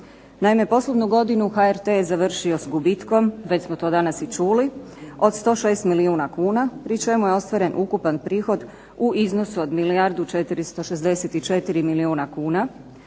Naime, poslovnu godinu HRT je završio sa gubitkom, već smo to danas i čuli od 106 milijuna kuna pri čemu je ostvaren ukupan prihod u iznosu od milijardu